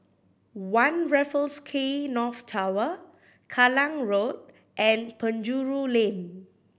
One Raffles Quay North Tower Kallang Road and Penjuru Lane